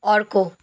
अर्को